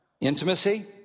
Intimacy